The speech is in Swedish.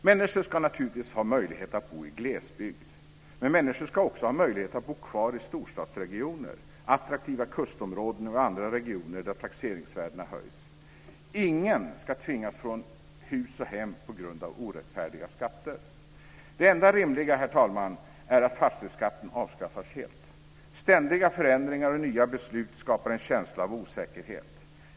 Människor ska naturligtvis ha möjlighet att bo i glesbygd, men människor ska också ha möjlighet att bo kvar i storstadsregioner, attraktiva kustområden och andra regioner där taxeringsvärdena höjs. Ingen ska tvingas från hus och hem på grund av orättfärdiga skatter. Det enda rimliga, herr talman, är att fastighetsskatten avskaffas helt. Ständiga förändringar och nya beslut skapar en känsla av osäkerhet.